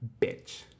bitch